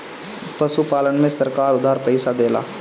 पशुपालन में सरकार उधार पइसा देला?